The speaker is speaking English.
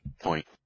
Point